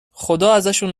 خداازشون